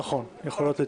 נכון, הן יכולות להתכנס.